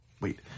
Wait